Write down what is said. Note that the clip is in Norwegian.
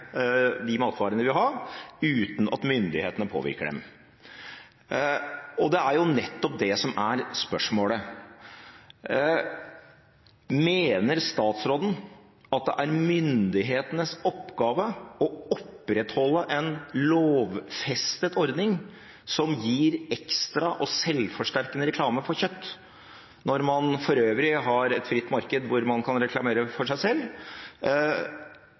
de matvarene de vil ha, uten at myndighetene påvirker dem. Det er nettopp det som er spørsmålet. Mener statsråden at det er myndighetenes oppgave å opprettholde en lovfestet ordning som gir ekstra og selvforsterkende reklame for kjøtt, når man for øvrig har et fritt marked hvor man kan reklamere for seg selv?